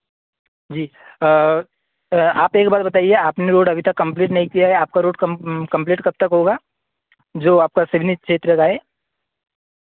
जी आप एक बात बताइए आपने रोड अभी तक कंप्लीट नहीं किया है आपका रोड कम् कंप्लीट कब तक होगा जो आपका सिगनी क्षेत्र का है